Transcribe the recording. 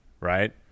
right